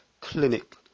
clinic